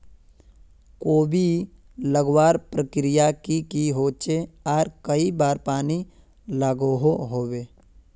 कोबी लगवार प्रक्रिया की की होचे आर कई बार पानी लागोहो होबे?